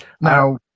Now